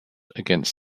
against